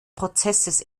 prozesses